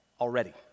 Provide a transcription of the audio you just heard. already